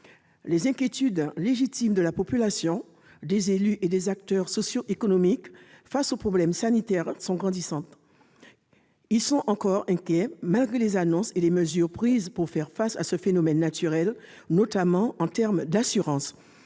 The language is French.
Les inquiétudes légitimes de la population, des élus et des acteurs socioéconomiques face aux problèmes sanitaires sont grandissantes. Ces inquiétudes demeurent malgré les annonces faites et les mesures prises pour faire face à ce phénomène naturel, notamment en termes d'assurances.